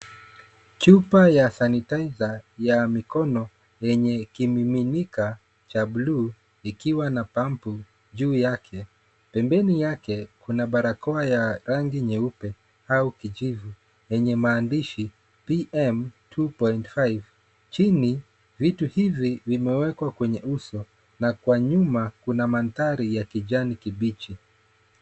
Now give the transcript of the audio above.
Chupa ya sanitiser ya mikono yenye kimiminika cha buluu ikiwa na pampu juu yake. Pembeni yake kuna barakoa ya rangi nyeupe au kijivu yenye maandishi PM 2.5. Chini, vitu hivi vimewekwa kwenye uso na kwa nyuma kuna mandhari ya kijani kibichi.